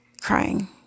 crying